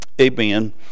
Amen